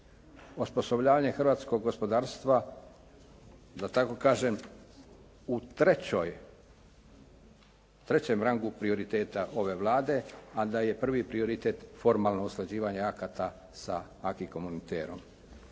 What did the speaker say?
osposobljavanje hrvatskog gospodarstva da tako kažem u trećoj, trećem rangu prioriteta ove Vlade, a da je prvi prioritet formalno usklađivanje akata sa Acqui Communitair-om.